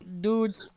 Dude